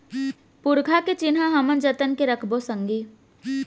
पुरखा के चिन्हा हमन जतन के रखबो संगी